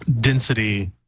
Density